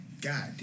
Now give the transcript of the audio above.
God